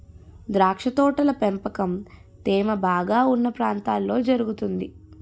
ద్రాక్ష తోటల పెంపకం తేమ బాగా ఉన్న ప్రాంతాల్లో జరుగుతుంది